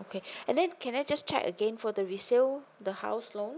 okay and then can I just check again for the resale the house loan